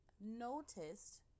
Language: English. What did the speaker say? noticed